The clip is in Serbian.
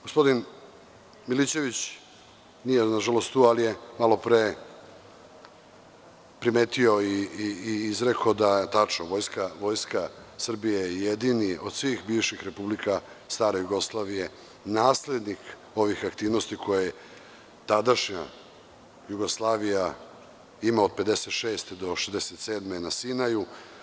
Gospodin Milićević, nažalost, nije tu, ali je malopre primetio i izrekao da je tačno, Vojska Srbije je jedina od svih bivših republika stare Jugoslavije naslednik ovih aktivnosti koje je tadašnja Jugoslavija imala od 1956. do 1967. godine na Sinaju.